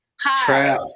Hi